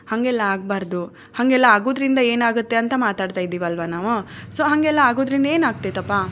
ಹಾಗೆಲ್ಲಾ ಆಗಬಾರ್ದು ಹಾಗೆಲ್ಲಾ ಆಗೋದರಿಂದ ಏನಾಗುತ್ತೆ ಅಂತ ಮಾತಾಡ್ತಾ ಇದ್ದೀವಲ್ವಾ ನಾವು ಸೊ ಹಾಗೆಲ್ಲಾ ಆಗೋದರಿಂದ ಏನು ಆಗ್ತೈತಪ್ಪಾ